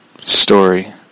story